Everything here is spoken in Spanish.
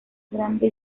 grande